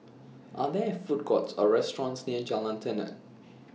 Are There Food Courts Or restaurants near Jalan Tenon